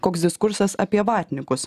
koks diskursas apie vatnikus